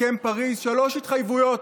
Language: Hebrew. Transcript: הסכם פריז שלוש התחייבויות,